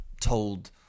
told